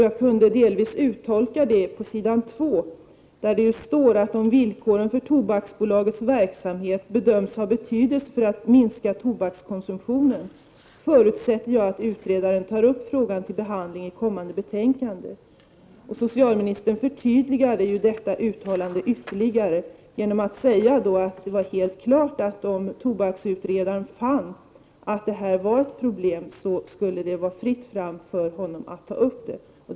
Jag kunde delvis uttolka det på s. 2 i interpellationssvaret, där det står: ”Om villkoren för Tobaksbolagets verksamhet bedöms ha betydelse för att minska tobakskonsumtionen förutsätter jag att utredaren tar upp frågan till behandling i kommande betänkande.” Socialministern förtydligade detta uttalande ytterligare genom att säga att det var helt klart, att om tobaksutredaren fann att detta var ett problem, skulle det bli fritt fram för honom att ta upp detta.